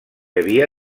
havia